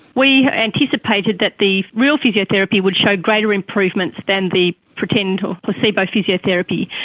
we anticipated that the real physiotherapy would show greater improvements than the pretend or placebo physiotherapy,